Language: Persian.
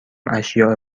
اشیاء